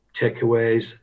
Takeaways